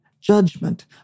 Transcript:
judgment